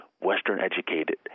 Western-educated